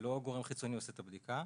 ולא גורם חיצוני עושה את הבדיקה.